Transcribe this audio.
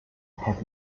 heavy